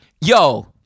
Yo